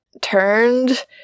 turned